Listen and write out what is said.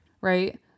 right